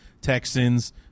Texans